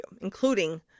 including